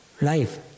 life